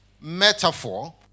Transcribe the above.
metaphor